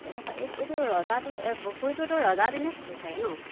এইডোখৰ এইটো ৰজাটো পুখুৰীটো এইটো ৰজাদিনীয়া পুখুৰী চাগৈ ন